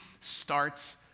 starts